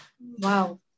Wow